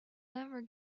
never